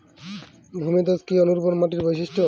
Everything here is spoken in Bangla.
ভূমিধস কি অনুর্বর মাটির বৈশিষ্ট্য?